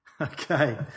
Okay